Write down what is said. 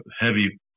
heavy